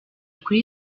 kuri